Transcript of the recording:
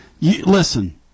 Listen